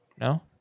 No